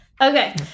okay